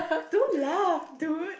don't laugh dude